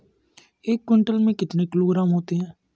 एक क्विंटल में कितने किलोग्राम होते हैं?